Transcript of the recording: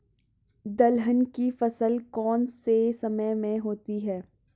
दलहन की फसल कौन से समय में होती है?